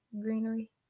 greenery